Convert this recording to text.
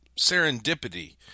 serendipity